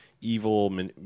evil